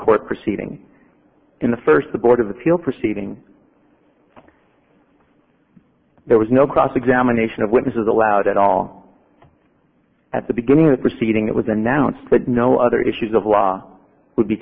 court proceeding in the first the board of appeal proceeding there was no cross examination of witnesses allowed at all at the beginning of the proceeding it was announced that no other issues of law would be